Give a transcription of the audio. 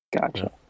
gotcha